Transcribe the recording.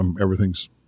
everything's